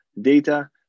data